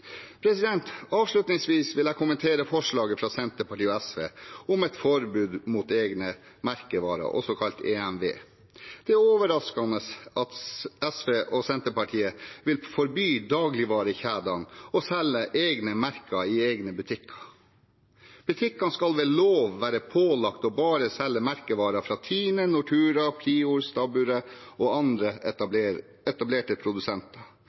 Avslutningsvis vil jeg kommentere forslaget fra Senterpartiet og SV, om et forbud mot egne merkevarer, også kalt EMV. Det er overraskende at SV og Senterpartiet vil forby dagligvarekjedene å selge egne merker i egne butikker. Butikkene skal ved lov være pålagt å bare selge merkevarer fra TINE, Nortura, Prior, Stabburet og andre etablerte produsenter.